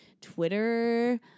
Twitter